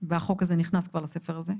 והצעת החוק הזאת כבר נכנסה לספר הזה.